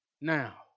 Now